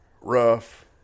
rough